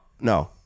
no